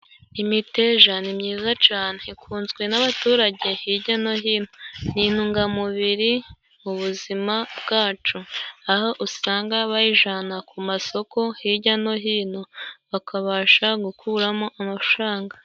Imiteja ni myiza cane. Ikunzwe n'abaturage hijya no hino, ni intungamubiri mu buzima bwacu aho usanga bayijana ku masoko hijya no hino bakabasha gukuramo amafaranga.